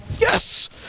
Yes